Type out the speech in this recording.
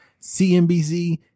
CNBC